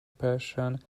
persian